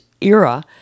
era